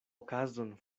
okazon